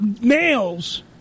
Nails